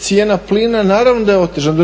cijena plina naravno da je otežala.